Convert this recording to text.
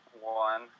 one